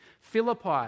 Philippi